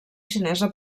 xinesa